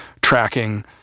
tracking